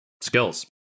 skills